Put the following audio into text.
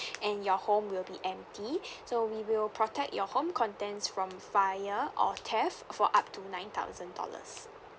and your home will be empty so we will protect your home contents from fire or theft for up to nine thousand dollars